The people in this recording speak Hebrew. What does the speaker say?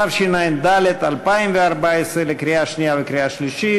התשע"ד 2014, קריאה שנייה וקריאה שלישית.